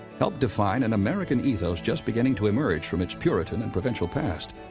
helped define an american ethos just beginning to emerge from its puritan and provincial past.